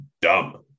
dumb